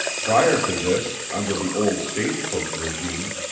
prior to this, under the old stage coach regime,